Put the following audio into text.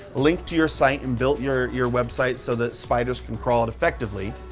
link to your site and built your your website so that spiders can crawl it effectively.